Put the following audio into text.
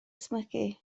ysmygu